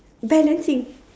balancing